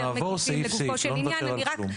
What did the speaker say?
נעבור סעיף, סעיף, לא נוותר על כלום.